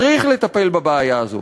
צריך לטפל בבעיה הזו.